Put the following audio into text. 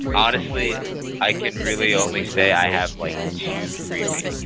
honestly i can really only say i have like two free me.